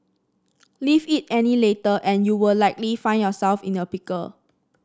leave it any later and you will likely find yourself in a pickle